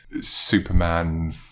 Superman